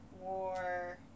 War